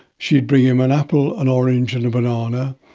she'd bring him an apple, an orange and a banana,